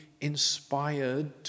inspired